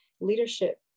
leadership